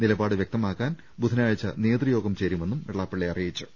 നിലപാട് വൃക്തമാക്കാൻ ബുധനാഴ്ച നേതൃയോഗം ചേരുമെന്നും വെള്ളാപ്പള്ളി അറിയിച്ചു